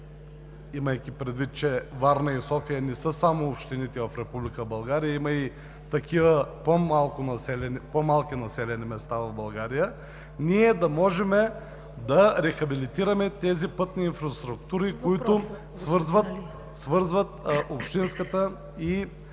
имайки предвид, че Варна и София не са само общините в Република България, има и такива по-малки населени места в България, ние да можем да рехабилитираме тези пътни инфраструктури, които… ПРЕДСЕДАТЕЛ